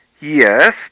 Yes